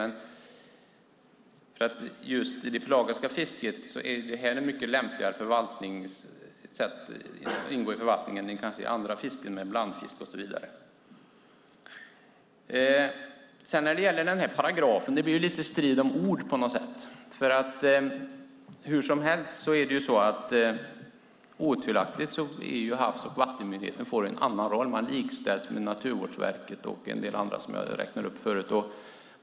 Det är mycket lämpligare att det pelagiska fisket ingår i förvaltningen än andra fisken med blandfisk och så vidare. När det gäller 6 § blir det lite strid om ord på något sätt. Otvivelaktigt får Havs och vattenmyndigheten en annan roll. Man likställs med Naturvårdsverket och en del andra myndigheter som jag räknade upp förut.